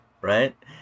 right